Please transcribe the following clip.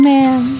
Man